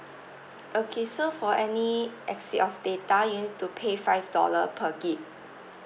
okay so for any exceed of data you need to pay five dollar per gig